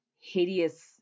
hideous